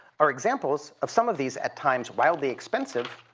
are examples of some of these at times wildly expensive,